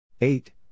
eight